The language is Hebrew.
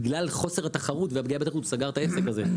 חוסר התחרות והפגיעה בתחרות הוא סגר את העסק הזה.